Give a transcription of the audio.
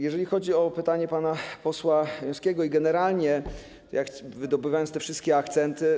Jeżeli chodzi o pytanie pana posła Jońskiego i generalnie wydobywając te wszystkie akcenty.